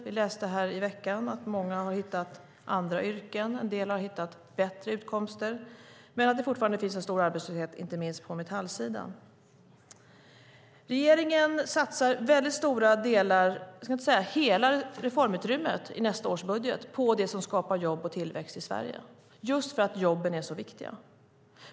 Vi läste här i veckan att många har hittat andra yrken, att en del har hittat bättre utkomster, men att det fortfarande finns en stor arbetslöshet, inte minst på metallsidan. Regeringen satsar stora delar, för att inte säga hela reformutrymmet, i nästa års budget på det som skapar jobb och tillväxt i Sverige, just för att jobben är så viktiga.